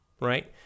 right